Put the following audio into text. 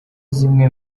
zimwe